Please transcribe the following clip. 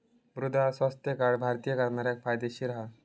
मृदा स्वास्थ्य कार्ड भारतीय करणाऱ्याक फायदेशीर ठरता हा